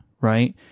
right